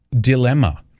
dilemma